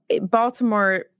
Baltimore